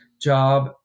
job